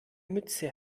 mütze